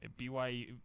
BYU